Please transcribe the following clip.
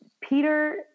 Peter